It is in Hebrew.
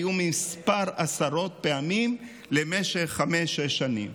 היו מספר עשרות פעמים למשך חמש-שש שנים,